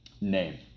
name